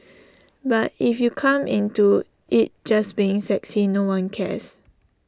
but if you come into IT just being sexy no one cares